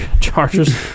Chargers